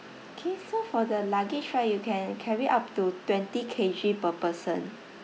K so for the luggage right you can carry up to twenty K_G per person